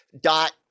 dot